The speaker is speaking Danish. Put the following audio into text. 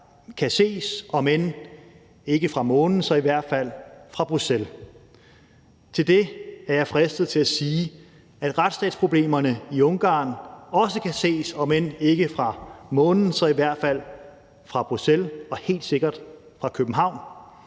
kan ses om ikke fra Månen så i hvert fald fra Bruxelles. Til det er jeg fristet til at sige, at retsstatsproblemerne i Ungarn også kan ses om ikke fra Månen så i hvert fald fra Bruxelles og helt sikkert fra København.